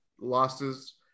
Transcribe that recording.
losses